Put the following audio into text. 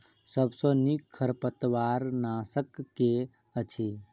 सबसँ नीक खरपतवार नाशक केँ अछि?